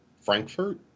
Frankfurt